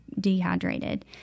dehydrated